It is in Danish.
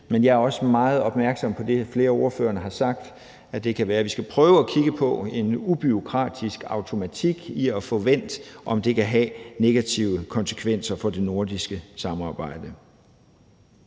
men jeg er også meget opmærksom på det, flere af ordførerne har sagt om, at det kan være, at vi skal prøve at kigge på en ubureaukratisk automatik i at få vendt, om det kan have negative konsekvenser for det nordiske samarbejde.